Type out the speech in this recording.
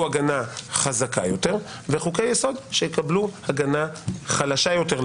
הגנה חזקה יותר וחוקי יסוד שיקבלו הגנה חלשה יותר,